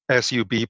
SUB